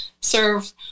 serve